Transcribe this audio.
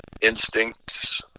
instincts